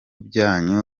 byanyu